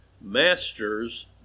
master's